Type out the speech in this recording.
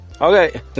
Okay